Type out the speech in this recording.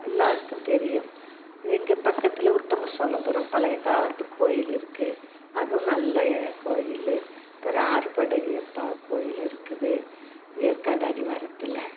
எல்லாருக்கும் தெரியும் எங்கள் பக்கத்தில் உத்தமசோலபுரம் பழையக்காலத்து கோயில் இருக்கு அதுவும் நல்ல எ கோயில் அப்புறம் ஆறுபடையப்பா கோயில் இருக்குது ஏற்காடு அடிவாரத்தில்